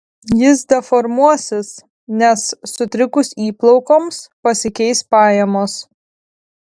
jis deformuosis nes sutrikus įplaukoms pasikeis pajamos